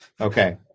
Okay